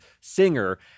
singer